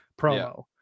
promo